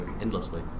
endlessly